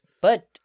But-